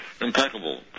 impeccable